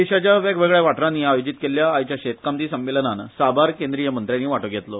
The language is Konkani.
देशाच्या वेगवेगळ्या वाठारांनी आयोजित केल्ल्या आयच्या शेतकामती संमेलनान साबार केंद्रीय मंत्र्यांनी वांटो घेतलो